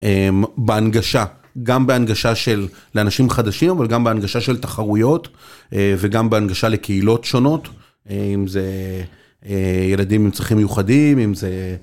בהנגשה. גם בהנגשה של לאנשים חדשים, אבל גם בהנגשה של תחרויות, וגם בהנגשה לקהילות שונות. אם זה ילדים עם צרכים מיוחדים, אם זה